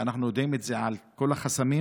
ואנחנו יודעים את זה על כל החסמים,